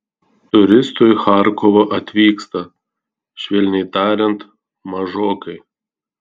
turistų į charkovą atvyksta švelniai tariant mažokai